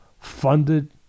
funded